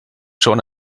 schon